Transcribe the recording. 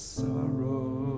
sorrow